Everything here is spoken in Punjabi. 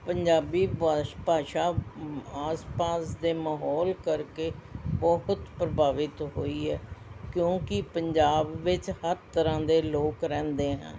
ਪੰਜਾਬੀ ਬਾਸ਼ ਭਾਸ਼ਾ ਆਸ ਪਾਸ ਦੇ ਮਾਹੌਲ ਕਰਕੇ ਬਹੁਤ ਪ੍ਰਭਾਵਿਤ ਹੋਈ ਹੈ ਕਿਉਂਕਿ ਪੰਜਾਬ ਵਿੱਚ ਹਰ ਤਰ੍ਹਾਂ ਦੇ ਲੋਕ ਰਹਿੰਦੇ ਹਨ